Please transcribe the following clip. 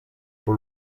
por